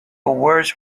worse